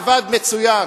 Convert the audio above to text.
עבד מצוין,